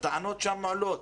הטענות שם עולות,